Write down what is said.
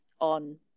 on